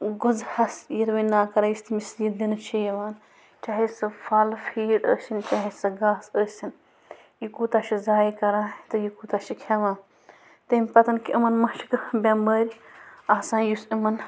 غزٕہَس یِروٕنۍ ناو کران یُس تٔمِس یہِ دِنہٕ چھِ یِوان چاہے سُہ پھل فیٖڈ ٲسِن چاہے سُہ گاسہٕ ٲسِن یہِ کوٗتاہ چھِ زایہِ کران تہٕ یہِ کوٗتاہ چھِ کھٮ۪وان تمہِ پَتہٕ کہِ یِمَن ما چھِ کانٛہہ بٮ۪مٲرۍ آسان یُس یِمَن